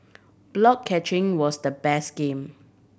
block catching was the best game